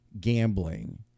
gambling